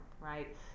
right